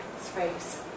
space